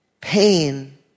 pain